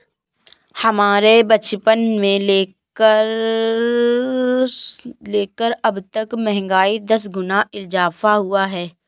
हमारे बचपन से लेकर अबतक महंगाई में दस गुना इजाफा हुआ है